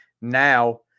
now